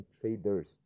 traders